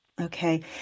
Okay